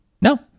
No